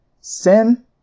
Sin